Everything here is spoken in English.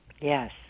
Yes